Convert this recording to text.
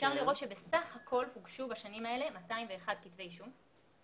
ואפשר לראות שבסך הכול הוגשו בשנים האלה 201 כתבי אישום.